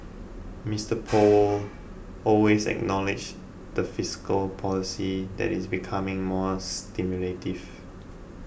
Mister Powell also acknowledged that fiscal policy is becoming more stimulative